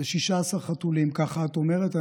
ו-16 חתולים, ככה את אומרת.